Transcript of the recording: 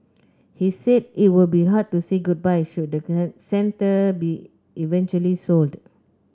he said it would be hard to say goodbye should centre be eventually sold